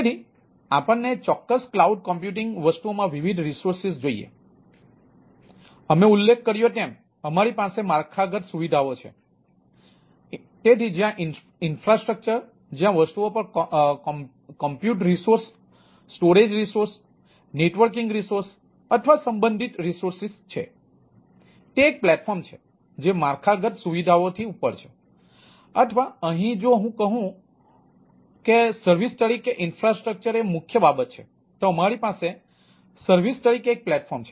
તેથીઆપણને ચોક્કસ cloud computing વસ્તુઓમાં વિવિધ રિસોર્સ તરીકે ઇન્ફ્રાસ્ટ્રક્ચર એ મુખ્ય બાબત છે તો અમારી પાસે સર્વિસ તરીકે એક પ્લેટફોર્મ છે